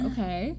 Okay